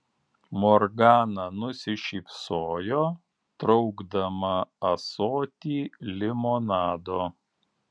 morgana nusišypsojo traukdama ąsotį limonado